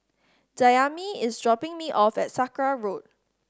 Dayami is dropping me off at Sakra Road